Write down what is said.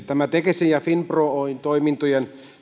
tämä tekesin ja finpro oyn toimintojen